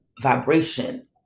vibration